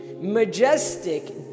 majestic